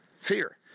Fear